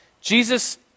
Jesus